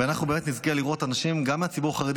ואנחנו נזכה לראות אנשים גם מהציבור החרדי